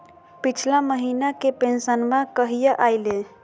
पिछला महीना के पेंसनमा कहिया आइले?